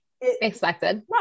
Expected